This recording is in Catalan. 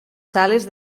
sales